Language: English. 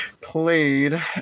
played